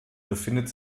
befindet